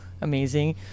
amazing